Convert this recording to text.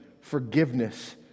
forgiveness